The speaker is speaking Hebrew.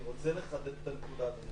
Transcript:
אני רוצה לחדד את הנקודה,